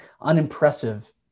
unimpressive